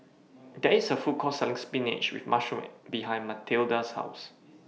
There IS A Food Court Selling Spinach with Mushroom behind Mathilda's House